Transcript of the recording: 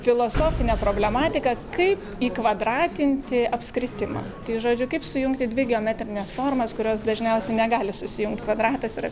filosofinę problematiką kaip įkvadratinti apskritimą tai žodžiu kaip sujungti dvi geometrines formas kurios dažniausiai negali susijungt kvadratas yra